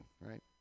right